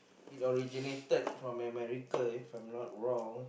it originated from American if I'm not wrong